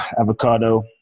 Avocado